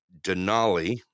Denali